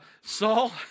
Saul